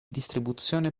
distribuzione